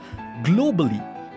Globally